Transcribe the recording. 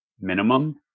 minimum